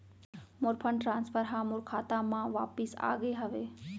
मोर fund transfer हा मोर खाता मा वापिस आ गे हवे